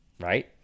Right